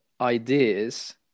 ideas